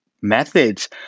methods